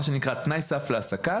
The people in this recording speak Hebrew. מה שנקרא תנאי סף להעסקה,